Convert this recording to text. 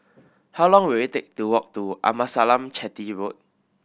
how long will it take to walk to Amasalam Chetty Road